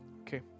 Okay